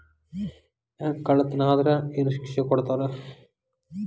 Bank ಕಳ್ಳತನಾ ಆದ್ರ ಏನ್ ಶಿಕ್ಷೆ ಕೊಡ್ತಾರ?